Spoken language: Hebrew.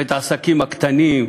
ואת העסקים הקטנים,